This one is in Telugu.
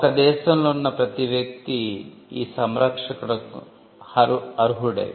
ఒక దేశంలో వున్న ప్రతీ వ్యక్తి దీనికి అర్హుడే